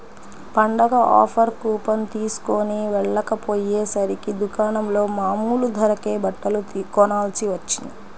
పండగ offer coupon తీస్కొని వెళ్ళకపొయ్యేసరికి దుకాణంలో మామూలు ధరకే బట్టలు కొనాల్సి వచ్చింది